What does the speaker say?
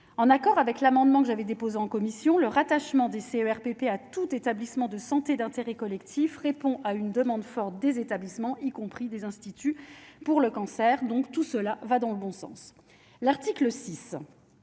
en accord avec l'amendement que j'avais déposé en commission le rattachement DCRTP à tout établissement de santé d'intérêt collectif répond à une demande forte des établissements, y compris des instituts pour le cancer, donc tout cela va dans le bon sens, l'article 6